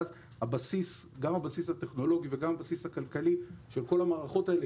ואז גם הבסיס הטכנולוגי וגם הבסיס הכלכלי של כל המערכות האלה,